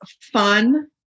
fun